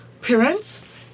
parents